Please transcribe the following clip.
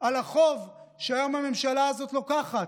על החוב שהיום הממשלה הזאת לוקחת.